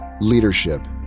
leadership